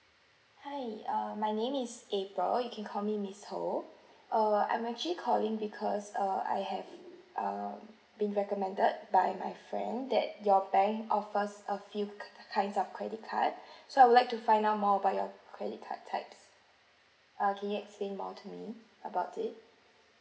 hi uh my name is april you can call me miss ho err I'm actually calling because uh I have um been recommended by my friend that your bank offers a few kinds of credit card so I would like to find out more about your credit card types uh can you explain more to me about it